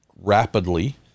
rapidly